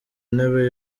ntebe